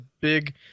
big